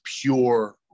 pure